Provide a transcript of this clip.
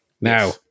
Now